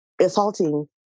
assaulting